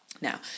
Now